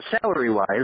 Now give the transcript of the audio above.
salary-wise